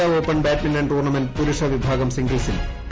Korea open badminton tournament പുരുഷ വിഭാഗം സിംഗിൾസിൽ പി